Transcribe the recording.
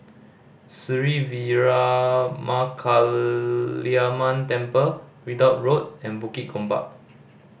Sri Veeramakaliamman Temple Ridout Road and Bukit Gombak